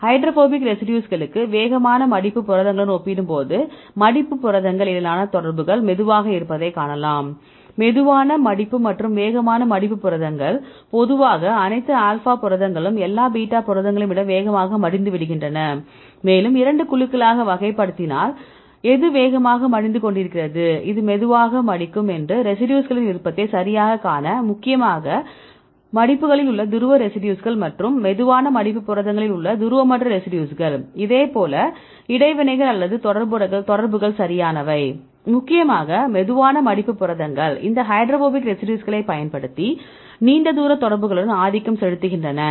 hydrophobic ரெசிடியூஸ்களுக்கு வேகமான மடிப்பு புரதங்களுடன் ஒப்பிடும்போது மடிப்பு புரதங்கள் இடையிலான தொடர்புகள் மெதுவாக இருப்பதைக் காணலாம் மெதுவான மடிப்பு மற்றும் வேகமான மடிப்பு புரதங்கள் பொதுவாக அனைத்து ஆல்பா புரதங்களும் எல்லா பீட்டா புரதங்களையும் விட வேகமாக மடிந்துவிடுகின்றன மேலும் 2 குழுக்களாக வகைப்படுத்தினால் எது வேகமாக மடிந்து கொண்டிருக்கிறது இது மெதுவாக மடிக்கும் மற்றும் ரெசிடியூஸ்களின் விருப்பத்தை சரியாகக் காண முக்கியமாக வேகமான மடிப்புகளில் உள்ள துருவ ரெசிடியூஸ்கள் மற்றும் மெதுவான மடிப்பு புரதங்களில் உள்ள துருவமற்ற ரெசிடியூஸ்கள் இதேபோல் இடைவினைகள் அல்லது தொடர்புகள் சரியானவை முக்கியமாக மெதுவான மடிப்பு புரதங்கள் இந்த ஹைட்ரோபோபிக் ரெசிடியூஸ்களைப் பயன்படுத்தி நீண்ட தூர தொடர்புகளுடன் ஆதிக்கம் செலுத்துகின்றன